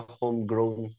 homegrown